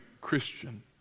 Christian